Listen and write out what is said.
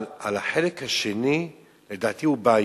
אבל החלק השני, לדעתי, הוא בעייתי,